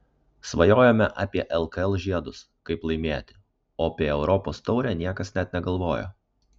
svajojome apie lkl žiedus kaip laimėti o apie europos taurę niekas net negalvojo